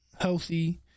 healthy